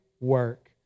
work